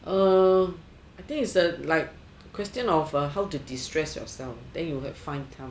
uh I think it's like question of like how to destress yourself then you will find time